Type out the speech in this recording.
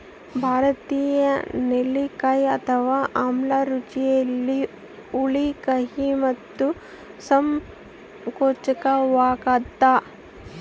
ಭಾರತೀಯ ನೆಲ್ಲಿಕಾಯಿ ಅಥವಾ ಆಮ್ಲ ರುಚಿಯಲ್ಲಿ ಹುಳಿ ಕಹಿ ಮತ್ತು ಸಂಕೋಚವಾಗ್ಯದ